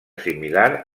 similar